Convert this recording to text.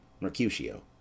Mercutio